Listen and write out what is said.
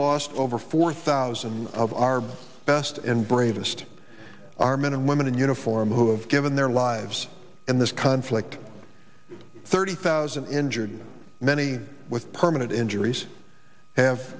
lost over four thousand of our best and bravest our men and women in uniform who have given their lives in this conflict thirty thousand injured many with permanent injuries have